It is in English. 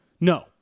No